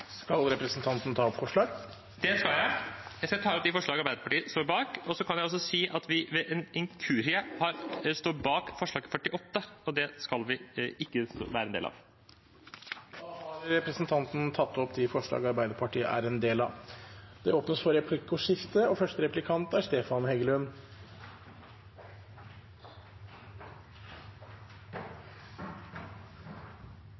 jeg ta opp de forslagene Arbeiderpartiet står bak. Jeg kan også si at ved en inkurie står det at vi er med på forslag nr. 48, og det skal vi ikke være en del av. Da har representanten Åsmund Aukrust tatt opp de forslagene han refererte til. Det blir replikkordskifte. Det er valg til høsten. Hvis det skulle bli et annet flertall og